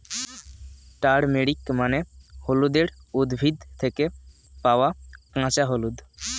turmeric মানে হলুদের উদ্ভিদ থেকে পাওয়া কাঁচা হলুদ